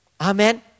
Amen